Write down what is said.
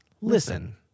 Listen